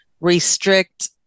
restrict